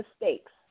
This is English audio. mistakes